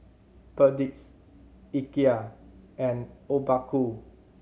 Perdix Ikea and Obaku